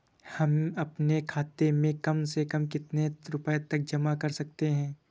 हम अपने खाते में कम से कम कितने रुपये तक जमा कर सकते हैं?